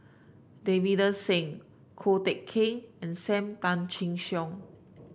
Davinder Singh Ko Teck Kin and Sam Tan Chin Siong